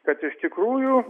kad iš tikrųjų